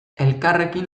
elkarrekin